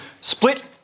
split